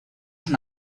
son